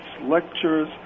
lectures